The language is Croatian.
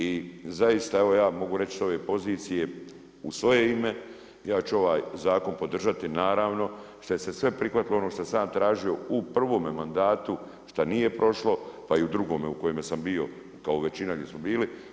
I zaista, evo ja mogu reći sa ove pozicije, u svoje ime, ja ću ovaj zakon podržati, naravno, šta je se sve prihvatilo ono što sam ja tražio u prvome mandatu, šta nije prošlo pa i u drugome u kojem sam bio, kao i većina gdje smo bili.